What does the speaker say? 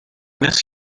miss